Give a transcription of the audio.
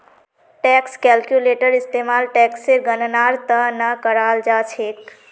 tax calculator इस्तेमाल टेक्सेर गणनार त न कराल जा छेक